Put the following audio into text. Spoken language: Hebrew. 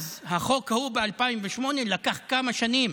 את החוק ההוא אז, ב-2008, לקח לי כמה שנים